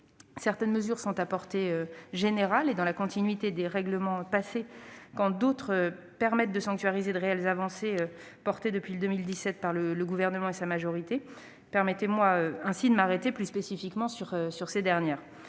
Certaines mesures sont de portée générale et dans la continuité des règlements passés, d'autres permettent de sanctuariser de réelles avancées, certaines d'entre elles étant défendues depuis 2017 par le Gouvernement et sa majorité. Permettez-moi ainsi de m'arrêter plus spécifiquement sur ces dernières.